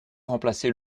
remplacer